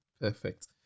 Perfect